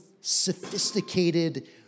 sophisticated